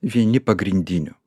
vieni pagrindinių